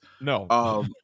No